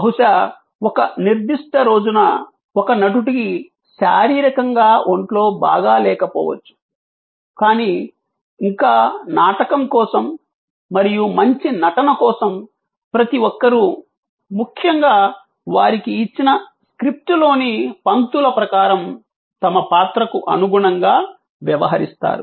బహుశా ఒక నిర్దిష్ట రోజున ఒక నటుడికి శారీరకంగా ఒంట్లో బాగా లేక పోవచ్చు కానీ ఇంకా నాటకం కోసము మరియు మంచి నటన కోసం ప్రతి ఒక్కరూ ముఖ్యంగా వారికి ఇచ్చిన స్క్రిప్ట్ లోని పంక్తుల ప్రకారం తమ పాత్రకు అనుగుణంగా వ్యవహరిస్తారు